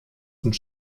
und